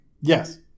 Yes